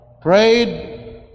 prayed